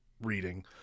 reading